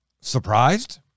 surprised